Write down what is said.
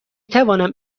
توانم